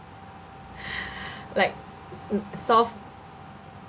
like south